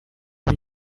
b’i